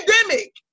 pandemic